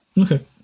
Okay